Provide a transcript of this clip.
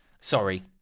Sorry